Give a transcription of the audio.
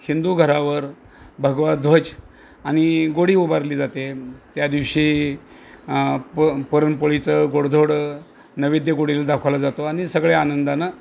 हिंदू घरावर भगवा ध्वज आणि गुढी उभारली जाते त्या दिवशी प पुरणपोळीचं गोडधोड नैवेद्य गुढीला दाखवला जातो आणि सगळे आनंदानं